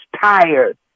tired